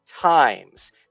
times